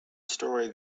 story